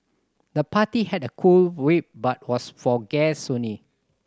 the party had a cool vibe but was for guests only